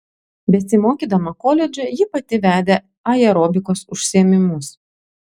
besimokydama koledže ji pati vedė aerobikos užsiėmimus